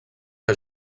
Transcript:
que